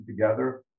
together